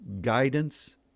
guidance